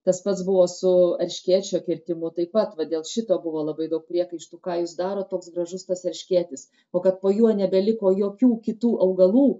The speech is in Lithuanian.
tas pats buvo su erškėčio kirtimu taip pat va dėl šito buvo labai daug priekaištų ką jūs darot toks gražus tas erškėtis o kad po juo nebeliko jokių kitų augalų